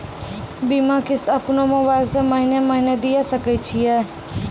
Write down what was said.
बीमा किस्त अपनो मोबाइल से महीने महीने दिए सकय छियै?